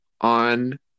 on